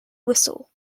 whistle